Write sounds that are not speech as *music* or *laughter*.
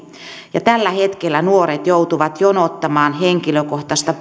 ja tällä hetkellä nuoret joutuvat jonottamaan henkilökohtaista *unintelligible*